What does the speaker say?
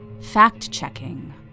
Fact-Checking